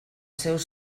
seus